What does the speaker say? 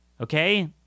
Okay